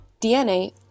DNA